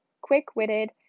quick-witted